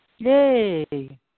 Yay